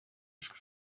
ijwi